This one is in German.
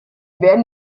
werden